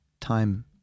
time